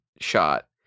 shot